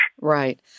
Right